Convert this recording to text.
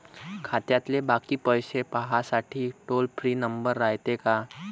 खात्यातले बाकी पैसे पाहासाठी टोल फ्री नंबर रायते का?